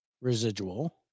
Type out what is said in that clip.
residual